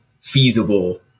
feasible